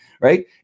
right